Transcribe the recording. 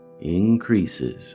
increases